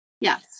Yes